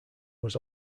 was